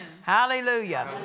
Hallelujah